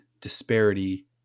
disparity